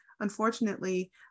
Unfortunately